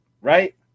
right